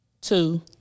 two